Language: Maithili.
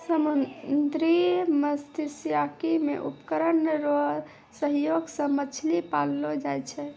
समुन्द्री मत्स्यिकी मे उपकरण रो सहयोग से मछली पाललो जाय छै